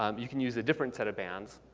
um you can use a different set of bands,